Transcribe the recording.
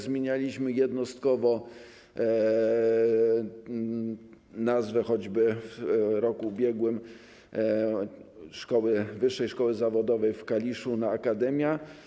Zmienialiśmy jednostkowo, choćby w roku ubiegłym, nazwę wyższej szkoły zawodowej w Kaliszu na: akademia.